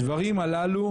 הדברים הללו,